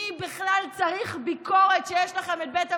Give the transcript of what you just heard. מי בכלל צריך ביקורת כשיש לכם את בית המשפט?